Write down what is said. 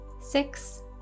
six